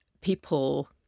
people